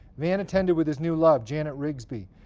van attended with his new love, janet rigsbee.